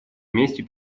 вместе